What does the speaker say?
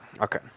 Okay